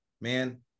man